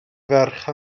ferch